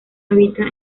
habita